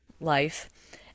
life